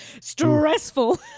stressful